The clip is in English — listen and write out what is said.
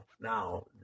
now